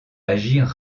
agir